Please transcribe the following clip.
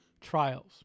trials